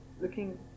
Looking